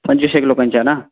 पंचवीसएक लोकांचा ना